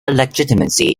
legitimacy